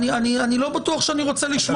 אני לא בטוח שאני רוצה לשמוע את התשובה.